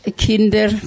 kinder